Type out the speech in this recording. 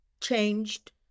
changed